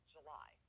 July